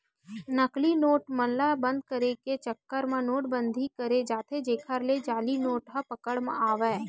नकली नोट मन ल बंद करे के चक्कर म नोट बंदी करें जाथे जेखर ले जाली नोट ह पकड़ म आवय